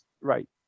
Right